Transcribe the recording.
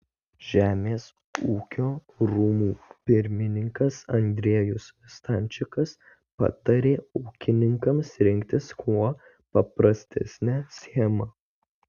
žemės ūkio rūmų pirmininkas andriejus stančikas patarė ūkininkams rinktis kuo paprastesnę schemą